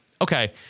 Okay